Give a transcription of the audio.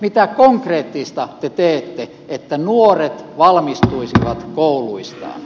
mitä konkreettista te teette että nuoret valmistuisivat kouluistaan